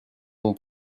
mon